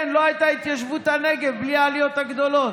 לא הייתה התיישבות בנגב בלי העליות הגדולות.